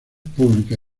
pública